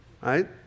right